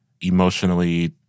emotionally